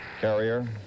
carrier